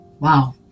Wow